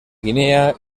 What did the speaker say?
guinea